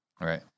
right